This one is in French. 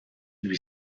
lui